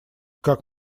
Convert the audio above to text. как